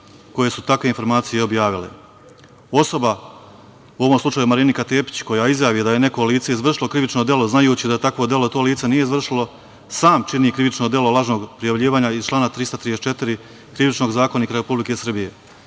koje su takve informacije i objavile. Osoba, u ovom slučaju Marinika Tepić, koja izjavi da je neko lice izvršilo krivično delo, znajući da takvo delo to lice nije izvršilo, sam čini krivično delo lažnog prijavljivanja iz člana 334. Krivičnog zakonika Republike Srbije.